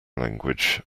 language